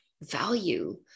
value